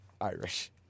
Irish